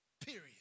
period